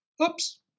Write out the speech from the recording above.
Oops